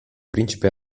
principe